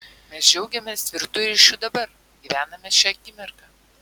mes džiaugiamės tvirtu ryšiu dabar gyvename šia akimirka